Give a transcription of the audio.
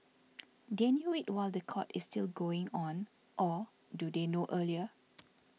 they knew it while the court is still going on or do they know earlier